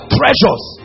treasures